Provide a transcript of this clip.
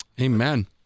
Amen